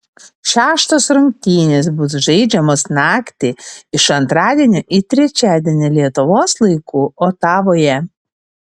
šeštos rungtynės bus žaidžiamos naktį iš antradienio į trečiadienį lietuvos laiku otavoje